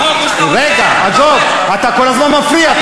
רגע, עזוב, אתה כל הזמן מפריע.